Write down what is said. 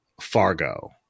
Fargo